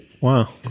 Wow